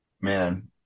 Man